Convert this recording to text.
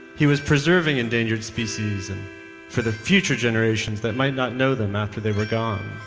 he was preserving endangered species for the future generations that might not know them after they were gone.